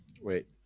Wait